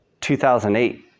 2008